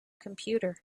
computer